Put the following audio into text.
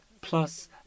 plus